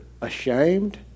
ashamed